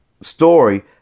story